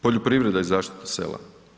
Poljoprivreda i zaštita sela.